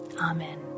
Amen